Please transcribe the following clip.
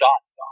shots